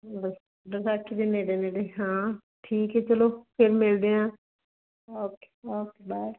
ਵਿ ਵਿਸਾਖੀ ਦੇ ਨੇੜੇ ਨੇੜੇ ਹਾਂ ਠੀਕ ਹੈ ਚਲੋ ਫਿਰ ਮਿਲਦੇ ਹਾਂ ਓਕੇ ਓਕੇ ਬਾਏ